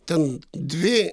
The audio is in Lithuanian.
ten dvi